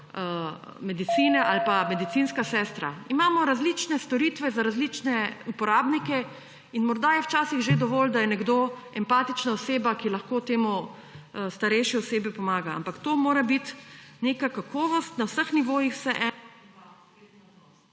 medicine ali pa medicinska sestra. Imamo različne storitve za različne uporabnike in morda je včasih že dovolj, da je nekdo empatična oseba, ki lahko starejši osebi pomaga. Ampak to mora biti neka kakovost na vseh nivojih …/ izklop